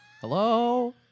Hello